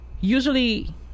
Usually